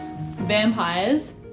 Vampires